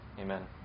Amen